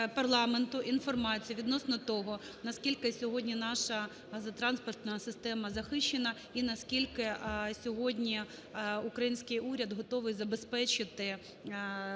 парламенту інформацію відносно того, наскільки сьогодні наша газотранспортна система захищена і наскільки сьогодні український уряд готовий забезпечити